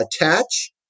attach